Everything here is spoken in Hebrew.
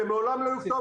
הם מעולם לא היו כתובת.